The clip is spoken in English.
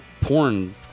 porn